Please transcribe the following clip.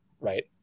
right